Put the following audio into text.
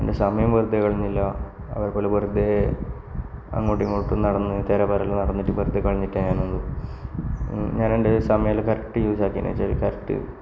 എൻറെ സമയം വെറുതെ കളഞ്ഞില്ല അവരെപ്പോലെ വെറുതെ അങ്ങോട്ടും ഇങ്ങോട്ടും നടന്ന് തേരാപാരാ നടന്നിട്ട് വെറുതെ കളഞ്ഞിട്ടായില്ല ഞാന് ഞാനാ സമയമെല്ലാം കറക്റ്റ് യൂസ് ആക്കിയിരുന്നു എന്നു വച്ചാല്